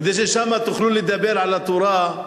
כדי ששם תוכלו לדבר על התורה,